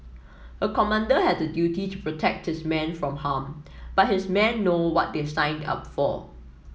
a commander has a duty to protect his men from harm but his men know what they signed up for